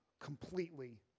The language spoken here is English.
completely